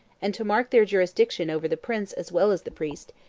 and to mark their jurisdiction over the prince as well as the priest,